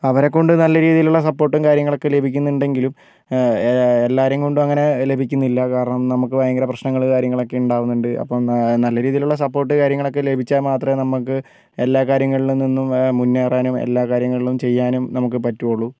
അവരെ കൊണ്ട് നല്ല രീതിയിലുള്ള സപ്പോർട്ടും കാര്യങ്ങളും ഒക്കെ ലഭിക്കുന്നുണ്ടെങ്കിലും എല്ലാവരേയും കൊണ്ട് അങ്ങനെ ലഭിക്കുന്നില്ല കാരണം നമുക്ക് ഭയങ്കര പ്രശ്നങ്ങൾ കാര്യങ്ങൾ ഒക്കെ ഉണ്ടാകുന്നുണ്ട് അപ്പോൾ നല്ല രീതിയിൽ ഉള്ള സപ്പോർട്ട് കാര്യങ്ങൾ ഒക്കെ ലഭിച്ചാൽ മാത്രമേ നമുക്ക് എല്ലാ കാര്യങ്ങളിലും നിന്ന് മുന്നേറാനും എല്ലാ കാര്യങ്ങളിലും ചെയ്യാനും നമുക്ക് പറ്റുകയുള്ളു